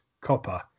copper